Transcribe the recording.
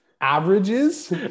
Averages